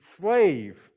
slave